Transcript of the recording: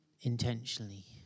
intentionally